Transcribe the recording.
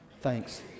Thanks